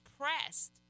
pressed